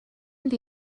mynd